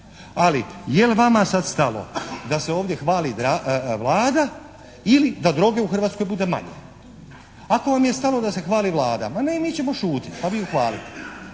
Ali jel' vama sada stalo da se ovdje hvali Vlada ili da droge u Hrvatskoj bude manje? Ako vam je stalo da se hvali Vlada mi ćemo šutjet, a vi ju hvalite.